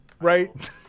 right